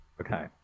Okay